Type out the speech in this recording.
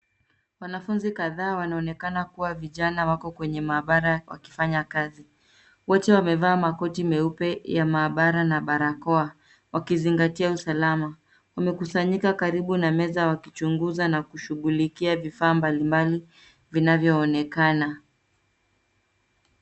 Wanafunzi kadhaa wanaonekana kuwa vijana wako kwenye maabara wakifanya kazi. Wote wamevaa makoti meupe ya maabara na barakoa ,wakizingatia usalama. Wamekusanyika karibu na meza wakichunguza na kushughulikia vifaa mbali mbali vinavyoonekana.